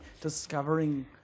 discovering